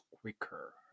quicker